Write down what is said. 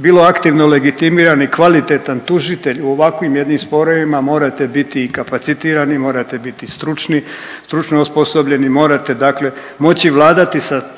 bilo aktivno legitimiran i kvalitetan tužitelj u ovakvim jednim sporovima morate biti i kapacitirani, morate biti i stručni, stručno osposobljeni morate dakle moći vladati sa tom